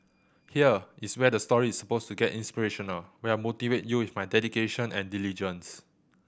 here is where the story is suppose to get inspirational where I motivate you with my dedication and diligence